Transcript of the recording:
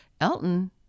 Elton